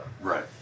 Right